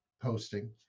posting